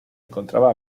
encontraba